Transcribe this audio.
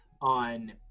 on